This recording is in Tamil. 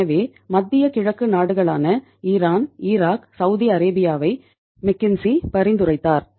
எனவே மத்திய கிழக்கு நாடுகளான ஈரான் பரிந்துரைத்தார்